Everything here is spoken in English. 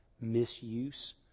misuse